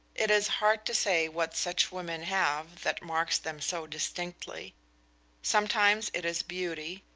it is hard to say what such women have that marks them so distinctly sometimes it is beauty,